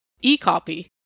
e-copy